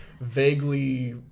vaguely